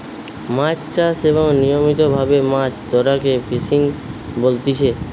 মাছ চাষ এবং নিয়মিত ভাবে মাছ ধরাকে ফিসিং বলতিচ্ছে